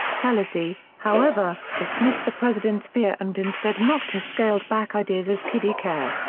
pelosi, however, dismissed the president's fear and instead mocked his scaled-back ideas as kiddie care.